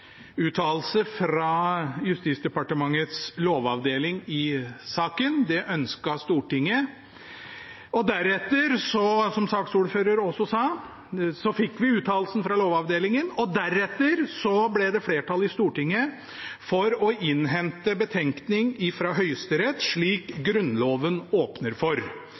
fra Justisdepartementets lovavdeling i saken. Det ønsket Stortinget. Som saksordføreren også sa, fikk vi uttalelsen fra Lovavdelingen, og deretter ble det flertall i Stortinget for å innhente betenkning fra Høyesterett, slik Grunnloven åpner for.